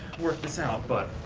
work this out. but